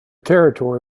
territory